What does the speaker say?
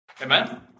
Amen